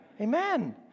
Amen